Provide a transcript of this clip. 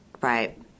right